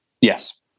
Yes